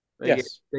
Yes